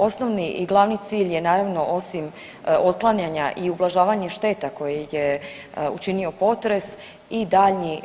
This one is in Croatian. Osnovni i glavni cilj je naravno osim otklanjanja i ublažavanje šteta koje je učinio potres i daljnji